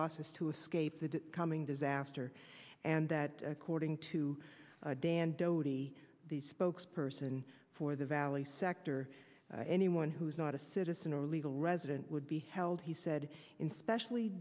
buses to escape the coming disaster and that according to dan doty the spokesperson for the valley sector anyone who is not a citizen or legal resident would be held he said in specially